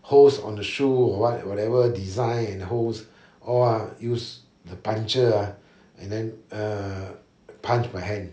holes on the shoe or what whatever design and holes all ah use the puncture and then uh punched by hand